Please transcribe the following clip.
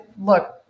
look